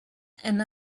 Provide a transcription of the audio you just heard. and